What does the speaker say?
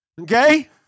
okay